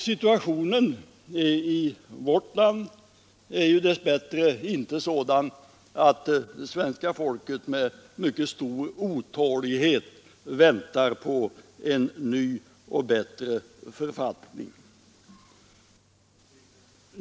Situationen i vårt land är dess bättre inte sådan att svenska folket med mycket stor otålighet väntar på en ny och bättre författning.